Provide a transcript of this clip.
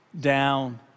down